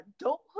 adulthood